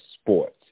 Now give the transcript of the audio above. sports